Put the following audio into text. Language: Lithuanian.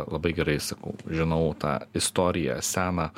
labai gerai sakau žinau tą istoriją seną